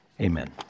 amen